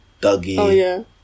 dougie